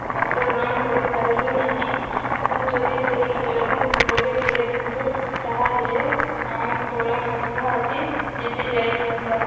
ମଧ୍ୟ ରନ୍ କରିପାରିଲୁ ନାହିଁ ତୁ ଯଦି ସେହି ଖେଳକୁ ଭଲରେ ଖେଳିଥାନ୍ତୁ ତାହେଲେ ଆମ ଦଳ ମଧ୍ୟ ଆଜି ଜିତି ଯାଇଥାନ୍ତା